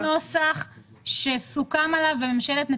היה נוסח שסוכם עליו בממשלת נתניהו-גנץ.